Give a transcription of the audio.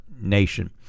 nation